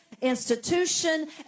institution